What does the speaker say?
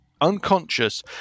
unconscious